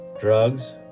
drugs